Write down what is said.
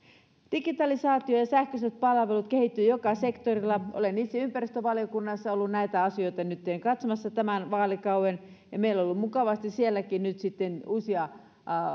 digitalisaatio ja sähköiset palvelut kehittyvät joka sektorilla olen itse ympäristövaliokunnassa ollut näitä asioita nytten katsomassa tämän vaalikauden meillä on ollut mukavasti sielläkin nyt sitten uusia